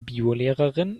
biolehrerin